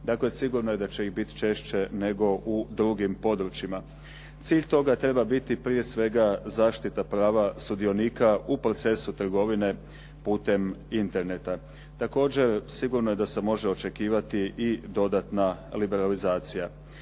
Dakle sigurno je da će ih biti češće nego u drugim područjima. Cilj toga treba biti prije svega zaštita prava sudionika u procesu trgovine putem interneta. Također sigurno je da se može očekivati i dodatna liberalizacija.